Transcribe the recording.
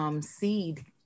seed